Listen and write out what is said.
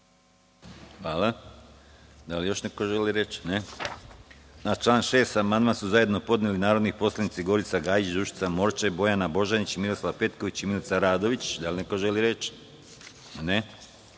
Hvala. Da li još neko želi reč? (Ne)Na član 6. amandman su zajedno podneli narodni poslanici Gorica Gajić, Dušica Morčev, Bojana Božanić, Miroslav Petković i Milica Radović. Da li neko želi reč?